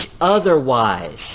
otherwise